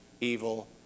evil